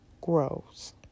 Grows